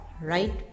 right